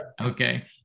okay